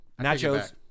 Nachos